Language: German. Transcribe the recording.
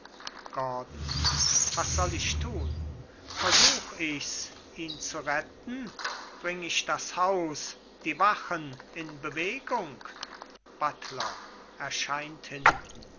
gordon was soll ich tun versuch ichs ihn zu retten bring ich das haus die wachen in bewegung buttler erscheint